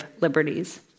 liberties